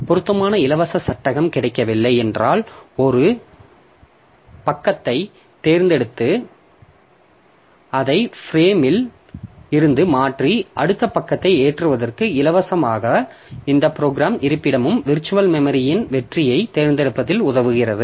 பொருத்தமான இலவச சட்டகம் கிடைக்கவில்லை என்றான் ஒரு பக்கத்தைத் தேர்ந்தெடுத்து அதை பிரேம் இல் இருந்து மாற்றி அடுத்த பக்கத்தை ஏற்றுவதற்கு இலவசமாகவும் இந்த ப்ரோக்ராம் இருப்பிடமும் விர்ச்சுவல் மெமரி இன் வெற்றியைத் தேர்ந்தெடுப்பதில் உதவுகிறது